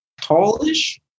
tallish